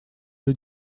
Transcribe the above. для